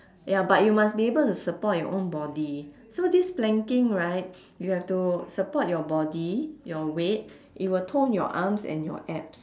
ya but you must be able to support your own body so this planking right you have to support your body your weight it will tone your arms and your abs